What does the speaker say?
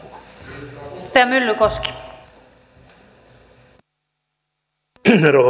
arvoisa rouva puhemies